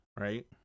Right